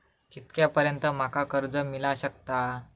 कितक्या पर्यंत माका कर्ज मिला शकता?